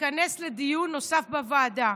ייכנס לדיון נוסף בוועדה.